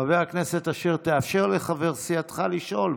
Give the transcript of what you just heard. חבר הכנסת אשר, תאפשר לחבר סיעתך לשאול.